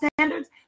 standards